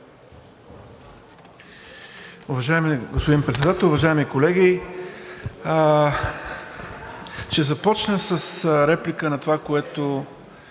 Уважаеми господин Председател, уважаеми колеги! Ще започна с реплика на това, което